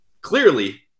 Clearly